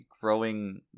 growing